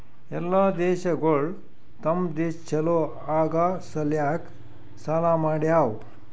ಎಲ್ಲಾ ದೇಶಗೊಳ್ ತಮ್ ದೇಶ ಛಲೋ ಆಗಾ ಸಲ್ಯಾಕ್ ಸಾಲಾ ಮಾಡ್ಯಾವ್